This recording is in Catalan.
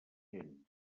agents